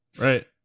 right